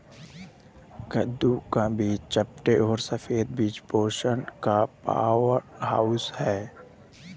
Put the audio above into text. कद्दू के बीज चपटे और सफेद बीज पोषण का पावरहाउस हैं